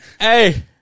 Hey